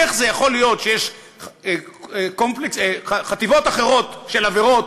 איך זה יכול להיות שיש חטיבות אחרות של עבירות